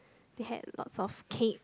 they had lots of cake